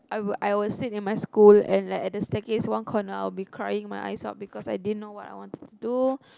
I would I will sit in my school and like at the staircase one corner I will be crying my eyes out because I didn't know what I wanted to do